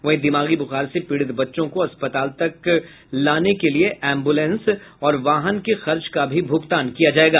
वहीं दिमागी बुखार से पीड़ित मरीजों को अस्पताल तक लाने के लिये एम्बुलेंस और वाहन के खर्च का भी भुगतान किया जायेगा